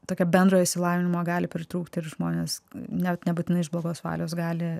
tokio bendro išsilavinimo gali pritrūkti ir žmonės nebūtinai iš blogos valios gali